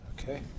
Okay